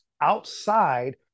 outside